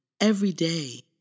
everyday